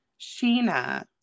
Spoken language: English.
Sheena